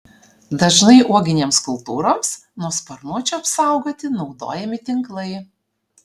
dažnai uoginėms kultūroms nuo sparnuočių apsaugoti naudojami tinklai